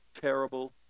terrible